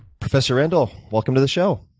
professor randall, welcome to the show.